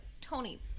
Tony